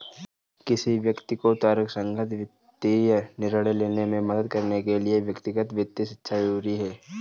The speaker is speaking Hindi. किसी व्यक्ति को तर्कसंगत वित्तीय निर्णय लेने में मदद करने के लिए व्यक्तिगत वित्त शिक्षा जरुरी है